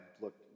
look